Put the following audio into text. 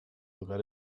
sogar